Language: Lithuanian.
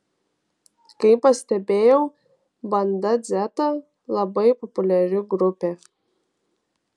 kaip pastebėjau banda dzeta labai populiari grupė